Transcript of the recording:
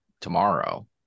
tomorrow